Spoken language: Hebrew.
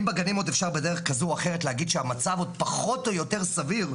אם בגנים עוד אפשר בדרך כזו או אחרת להגיד שהמצב עוד פחות או יותר סביר,